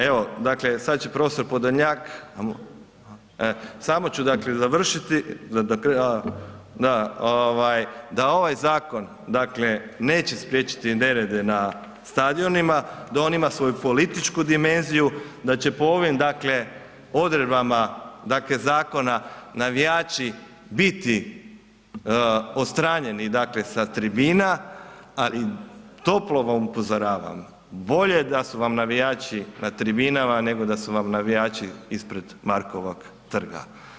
Evo, dakle sad će profesor Podolnjak, samo ću završiti, ovaj da ovaj zakon dakle neće spriječiti nerede na stadionima, da on ima svoju političku dimenziju, da će po ovim dakle odredbama dakle zakona navijači biti odstranjeni sa tribina, ali toplo vam upozoravam, bolje da su vam navijači na tribinama nego da su vam navijači ispred Markovog trg.